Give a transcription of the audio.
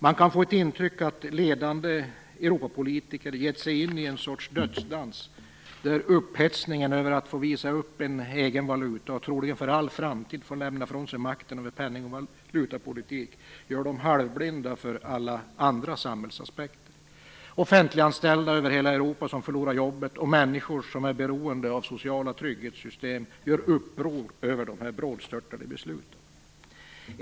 Man kan få ett intryck av att ledande Europapolitiker gett sig in i en sorts dödsdans, där upphetsningen över att få visa upp en egen valuta, och troligen för all framtid få lämna ifrån sig makten över penning och valutapolitik, gör dem halvblinda för alla andra samhällsaspekter. Offentliganställda över hela Europa som förlorar jobbet och människor som är beroende av sociala trygghetssystem gör uppror över de brådstörtade besluten.